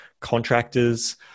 contractors